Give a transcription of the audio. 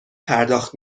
پرداخت